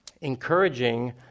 encouraging